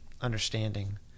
understanding